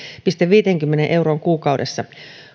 pilkku viiteenkymmeneen euroon kuukaudessa